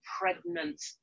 pregnant